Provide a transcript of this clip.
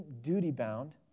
duty-bound